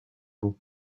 bon